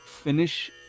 finish